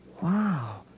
Wow